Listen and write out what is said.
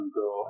go